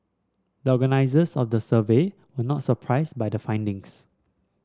the organisers of the survey were not surprised by the findings